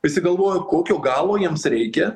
visi galvojo kokio galo jiems reikia